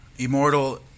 Immortal